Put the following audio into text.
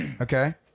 Okay